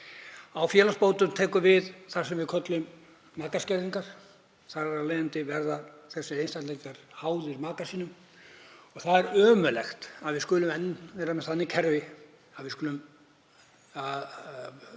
Á félagsbótum tekur við það sem við köllum makaskerðingar. Þar af leiðandi verða þessir einstaklingar háðir maka sínum. Það er ömurlegt að við skulum enn vera með þannig kerfi að við skulum